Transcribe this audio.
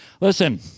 Listen